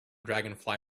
dragonfly